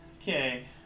Okay